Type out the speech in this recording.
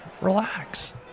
Relax